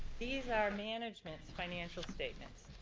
these are management's financial statements,